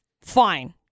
fine